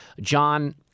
John